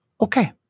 okay